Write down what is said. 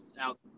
out